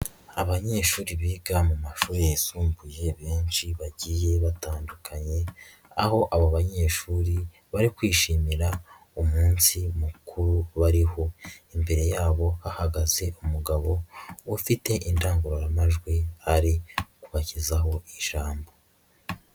Abanyeshuri biga mu mashuri yisumbuye benshi bagiye batandukanye, aho abo banyeshuri bari kwishimira umunsi mukuru bariho, imbere yabo hahagaze umugabo ufite indangururamajwi ari kubagezaho ijambo.